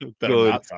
Good